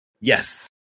Yes